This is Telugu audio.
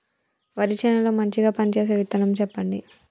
వరి చేను లో మంచిగా పనిచేసే విత్తనం చెప్పండి?